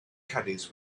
caddies